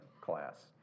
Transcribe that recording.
class